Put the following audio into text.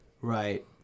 Right